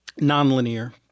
nonlinear